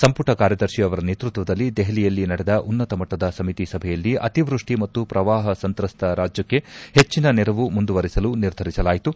ಸಂಪುಟ ಕಾರ್ಯದರ್ಶಿ ಅವರ ನೇತೃತ್ವದಲ್ಲಿ ದೆಪಲಿಯಲ್ಲಿ ನಡೆದ ಉನ್ನತ ಮಟ್ಟದ ಸಮಿತಿ ಸಭೆಯಲ್ಲಿ ಅತಿವೃಷ್ಠಿ ಮತ್ತು ಶ್ರವಾಹ ಸಂತ್ರಸ್ತ ರಾಜ್ಯಕ್ಕೆ ಹೆಚ್ಚಿನ ನೆರವು ಮುಂದುವರೆಸಲು ನಿರ್ಧರಿಸಲಾಯಿತು